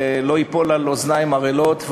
לא ייפול על אוזניים ערלות,